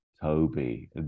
Toby